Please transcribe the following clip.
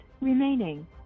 remaining